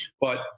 But-